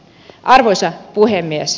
arvoisa puhemies